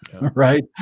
right